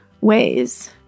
ways